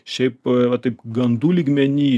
šiaip va taip gandų lygmeny